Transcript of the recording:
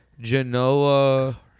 Genoa